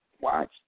watch